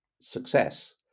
success